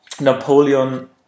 napoleon